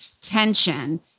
tension